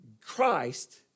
Christ